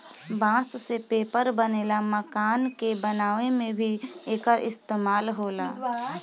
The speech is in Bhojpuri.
बांस से पेपर बनेला, मकान के बनावे में भी एकर इस्तेमाल होला